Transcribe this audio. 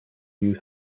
use